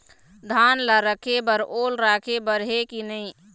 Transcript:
धान ला रखे बर ओल राखे बर हे कि नई?